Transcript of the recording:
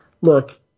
look